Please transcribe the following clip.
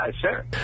sure